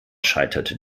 scheiterte